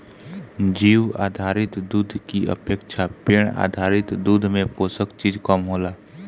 जीउ आधारित दूध की अपेक्षा पेड़ आधारित दूध में पोषक चीज कम होला